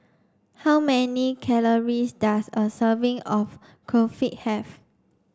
how many calories does a serving of Kulfi have